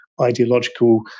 ideological